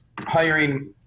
hiring